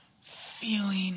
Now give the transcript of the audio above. feeling